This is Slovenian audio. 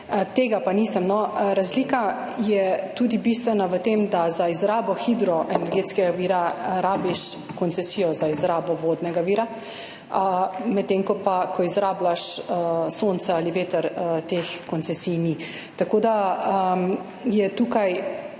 no. Bistvena razlika je tudi v tem, da za izrabo hidroenergetskega vira rabiš koncesijo za izrabo vodnega vira, medtem ko, ko pa izrabljaš sonce ali veter, teh koncesij ni. Tako da tukaj,